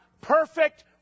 perfect